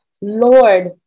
Lord